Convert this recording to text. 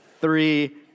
Three